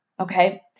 Okay